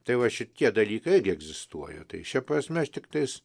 tai va šitie dalykai irgi egzistuoja tai šia prasme aš tiktais